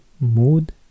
Mood